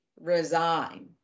resign